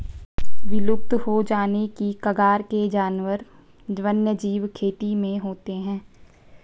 विलुप्त हो जाने की कगार के जानवर वन्यजीव खेती में होते हैं